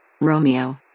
Romeo